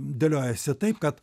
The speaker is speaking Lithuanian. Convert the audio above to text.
dėliojasi taip kad